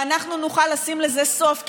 ואנחנו נוכל לשים לזה סוף.